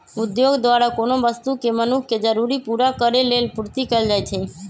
उद्योग द्वारा कोनो वस्तु के मनुख के जरूरी पूरा करेलेल पूर्ति कएल जाइछइ